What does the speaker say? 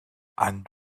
and